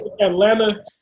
Atlanta